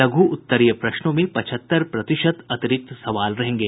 लघु उत्तरीय प्रश्नों में पचहत्तर प्रतिशत अतिरिक्त सवाल रहेंगे